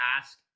ask